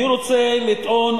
אני רוצה לטעון,